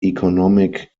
economic